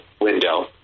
window